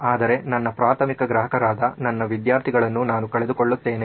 ಆದರೆ ನನ್ನ ಪ್ರಾಥಮಿಕ ಗ್ರಾಹಕರಾದ ನನ್ನ ವಿದ್ಯಾರ್ಥಿಗಳನ್ನು ನಾನು ಕಳೆದುಕೊಳ್ಳುತ್ತೇನೆ